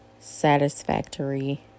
satisfactory